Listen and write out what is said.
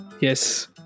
yes